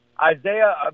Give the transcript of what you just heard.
Isaiah